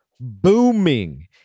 booming